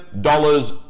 dollars